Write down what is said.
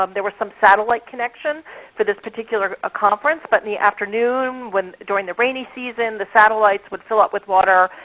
um there were some satellite connections for this particular ah conference, but in the afternoon during the rainy season the satellites would fill up with water,